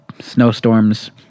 snowstorms